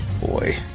boy